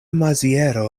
maziero